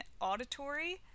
auditory